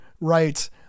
right